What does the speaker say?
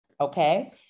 Okay